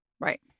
Right